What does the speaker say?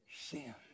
sin